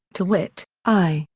to wit i,